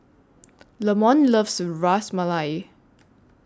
Lamont loves Ras Malai